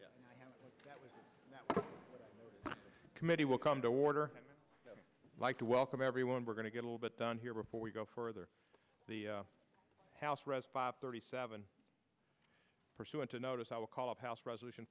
the committee will come to order like to welcome everyone we're going to get a little bit done here before we go further the house rest five thirty seven pursuant to notice i will call up house resolution